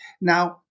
Now